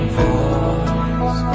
voice